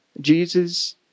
Jesus